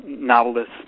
novelists